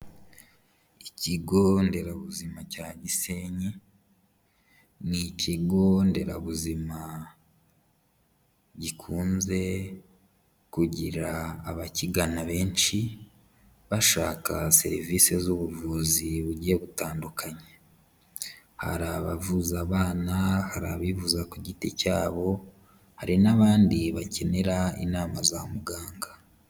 Ikigo nderabuzima cya Gisenyi, ni ikigo nderabuzima gikunze kugira abakigana benshi bashaka serivise z'ubuvuzi bugiye butandukanye, hari abavuza abana, hari abivuza ku giti cyabo hari n'abandi bakenera inama za muganga.